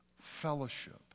fellowship